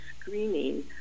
screening